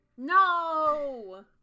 No